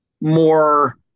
more